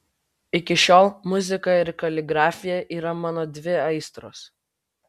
iki šiol muzika ir kaligrafija yra mano dvi aistros